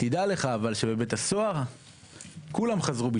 אבל תדע לך שבבית הסוהר כולם חזרו בתשובה,